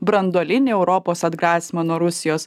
branduolinį europos atgrasymą nuo rusijos